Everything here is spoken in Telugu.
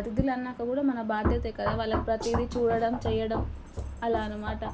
అతిధులన్నాక కూడా మన బాధ్యతే కదా వాళ్ళకి ప్రతిదీ చూడడం చేయడం అలా అని మాట